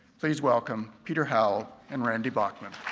please welcome peter howell and randy bachman.